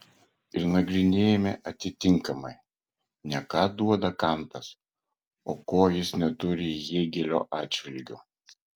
ir nagrinėjame atitinkamai ne ką duoda kantas o ko jis neturi hėgelio atžvilgiu